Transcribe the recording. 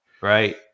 Right